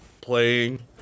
playing